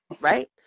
right